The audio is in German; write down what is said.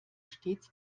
stets